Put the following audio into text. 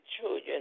children